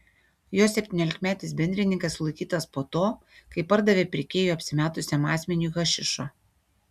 jo septyniolikmetis bendrininkas sulaikytas po to kai pardavė pirkėju apsimetusiam asmeniui hašišo